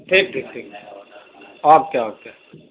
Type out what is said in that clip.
ٹھیک ٹھیک ٹھیک اوکے اوکے